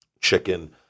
chicken